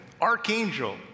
archangel